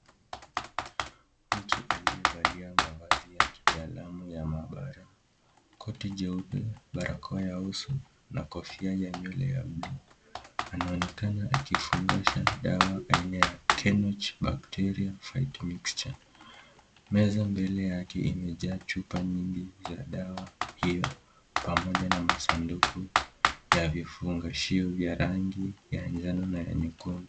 Mtu aliyevalia mavazi ya kitaalamu ya maabara, koti jeupe, barakoa ya uso na kofia ya nywele ya buluu. Anaonekana akifungisha dawa ya aina ya kenoch bactaria fight mixture, meza mbili yake imejaa chupa nyingi za dawa hiyo pamoja na masanduku ya vifungashio vya rangi ya njano na ya nyekundu.